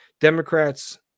Democrats